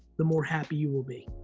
the more happy you will be.